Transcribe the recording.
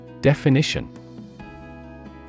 Definition